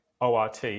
ORT